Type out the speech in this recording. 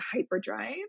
hyperdrive